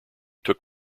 took